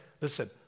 Listen